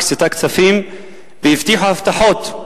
הקצתה כספים והבטיחה הבטחות: